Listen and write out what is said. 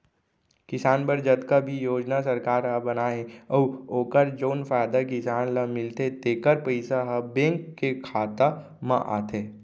किसान बर जतका भी योजना सरकार ह बनाए हे अउ ओकर जउन फायदा किसान ल मिलथे तेकर पइसा ह बेंक के खाता म आथे